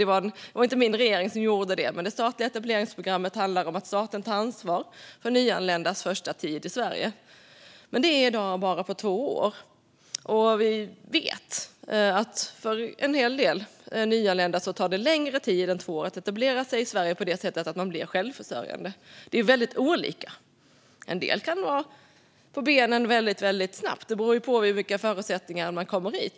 Det var inte min regering som gjorde detta. Det statliga etableringsprogrammet handlar om att staten tar ansvar för nyanländas första tid i Sverige. Men det är i dag bara på två år, och vi vet att det för en hel del nyanlända tar längre tid än två år att etablera sig i Sverige på det sättet att man blir självförsörjande. Det är väldigt olika. En del kan vara på benen väldigt snabbt. Det beror ju på under vilka förutsättningar man kommer hit.